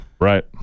right